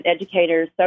educators